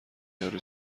یارو